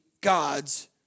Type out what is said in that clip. God's